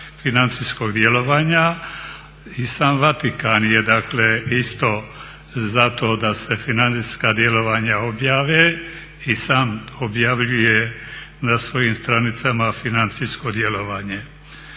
i sam Vatikan je dakle isto za to da se financijska djelovanja objave i sam objavljuje na svojim stranicama financijsko djelovanje.